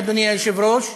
אדוני היושב-ראש,